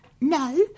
no